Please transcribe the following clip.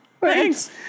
Thanks